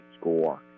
score